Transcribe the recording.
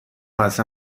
اصلا